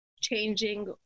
Changing